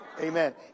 Amen